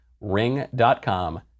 Ring.com